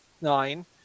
Nine